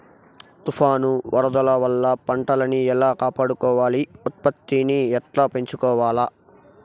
తుఫాను, వరదల వల్ల పంటలని ఎలా కాపాడుకోవాలి, ఉత్పత్తిని ఎట్లా పెంచుకోవాల?